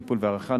טיפול והערכה,